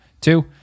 Two